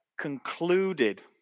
concluded